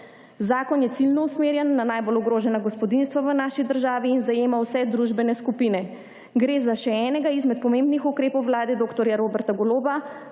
Zakon je ciljno usmerjen na najbolj ogrožena gospodinjstva v naši državi in zajema vse družbene skupine. Gre za še enega izmed pomembnih ukrepov vlade dr. Roberta Goloba